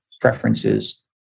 preferences